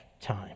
time